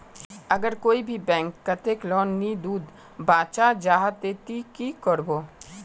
अगर कोई भी बैंक कतेक लोन नी दूध बा चाँ जाहा ते ती की करबो?